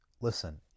Listen